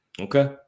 Okay